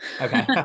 Okay